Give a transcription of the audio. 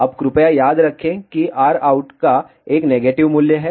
अब कृपया याद रखें कि Rout का एक नेगेटिव मूल्य है